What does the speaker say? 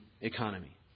economy